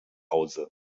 hause